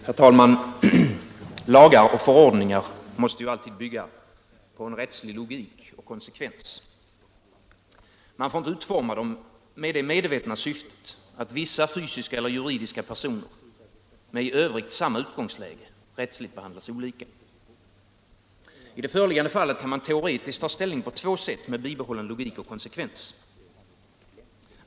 Herr talman! Lagar och förordningar måste alltid bygga på rättslig logik och konsekvens. Man får inte utforma dem med det medvetna syftet att vissa fysiska eller juridiska personer med i övrigt samma utgångsläge rättsligt behandlas olika. I det föreliggande fallet kan man teoretiskt ta ställning på två sätt, med bibehållen logik och konsekvens.